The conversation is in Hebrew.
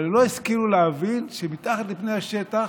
אבל הם לא השכילו להבין שמתחת לפני השטח,